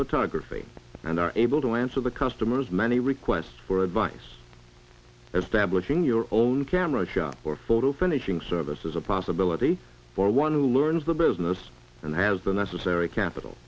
photography and are able to answer the customer's many requests for advice as stablish in your own camera shop or photofinishing service is a possibility for one who learns the business and has the necessary capital